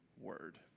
word